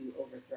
overthrow